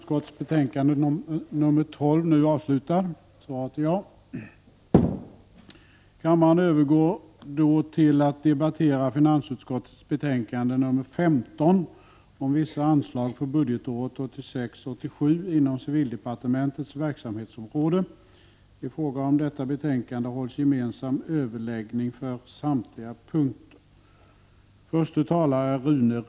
Kammaren övergår nu till att debattera finansutskottets betänkande 15 om vissa anslag för budgetåret 1986/87 inom civildepartementets verksamhetsområde. I fråga om detta betänkande hålls gemensam överläggning för samtliga punkter.